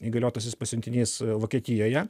įgaliotasis pasiuntinys vokietijoje